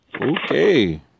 Okay